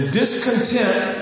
discontent